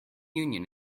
union